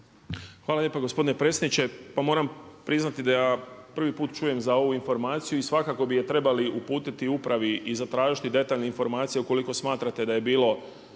Hvala lijepo gospodin predsjedniče, pa moram priznati da ja prvi put čujem za ovu informaciju i svakako bi je trebali uputiti upravi i zatražiti detaljne informacije ukoliko smatrate da je bilo